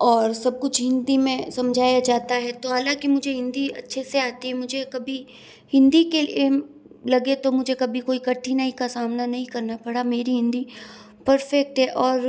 और सब कुछ हिंदी में समझाया जाता है तो हालांकि मुझे हिंदी अच्छे से आती है मुझे कभी हिंदी के लिए लगे तो मुझे कभी कोई कठिनाई का सामना नहीं करना पड़ा मेरी हिंदी परफेक्ट है और